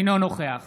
אינו נוכח